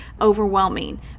overwhelming